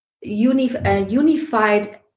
unified